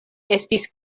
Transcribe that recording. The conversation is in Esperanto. estis